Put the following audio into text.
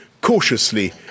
cautiously